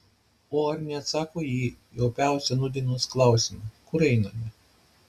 o ar neatsako ji į opiausią nūdienos klausimą kur einame